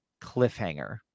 cliffhanger